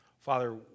Father